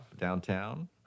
downtown